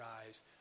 eyes